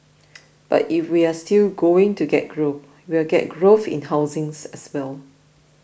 but if we are still going to get growth we will get growth in housing as well